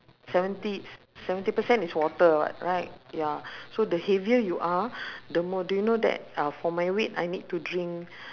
seventy s~ seventy percent is water [what] right ya so the heavier you are the more do you know that uh for my weight I need to drink